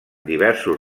diversos